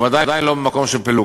וודאי לא ממקום של פילוג.